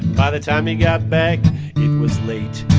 by the time he got back, it was late.